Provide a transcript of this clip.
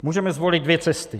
Můžeme zvolit dvě cesty.